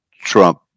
Trump